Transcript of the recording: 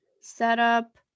setup